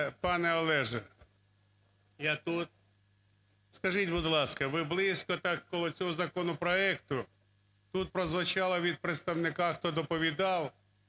Пане Олеже! Я тут! Скажіть, будь ласка, ви близько так коло цього законопроекту. Тут прозвучало від представника, хто доповідав,